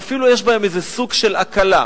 ואפילו יש בהם איזה סוג של הקלה.